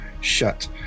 shut